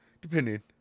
Depending